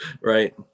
right